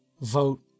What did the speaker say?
vote